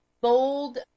bold